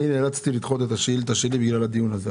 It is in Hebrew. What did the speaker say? נאלצתי לדחות את השאילתא שלי בגלל הדיון הזה.